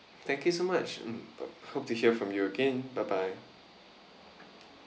thank you so much mm hope to hear from you again bye bye